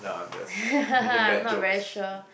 I'm not very sure